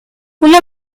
una